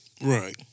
Right